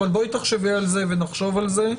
אבל בואי תחשבי על זה ונחשוב על זה.